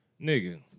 nigga